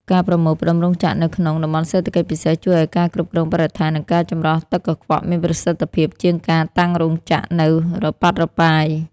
ការប្រមូលផ្ដុំរោងចក្រនៅក្នុង តំបន់សេដ្ឋកិច្ចពិសេស ជួយឱ្យការគ្រប់គ្រងបរិស្ថាន និងការចម្រោះទឹកកខ្វក់មានប្រសិទ្ធភាពជាងការតាំងរោងចក្រនៅរប៉ាត់រប៉ាយ។